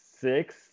six